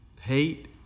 hate